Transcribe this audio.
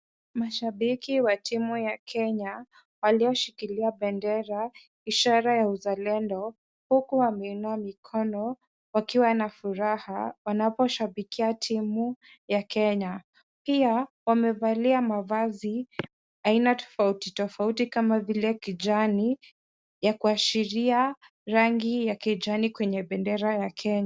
Mashabiki wa timu ya Kenya walioshikilia bendera ishara ya uzalendo , huku wameinua mikono wakiwa na furaha wanaposhabikia timu ya Kenya pia wamevalia mavazi aina tofauti tofauti kama vile kijani, ya kaushiria rangi ya kijani kwenye bendera ya Kenya.